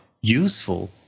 useful